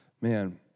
Man